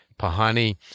Pahani